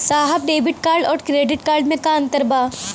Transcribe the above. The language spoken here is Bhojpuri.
साहब डेबिट कार्ड और क्रेडिट कार्ड में का अंतर बा?